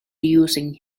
using